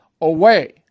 away